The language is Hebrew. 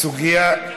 הסוגיה,